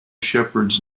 shepherds